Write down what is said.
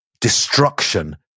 destruction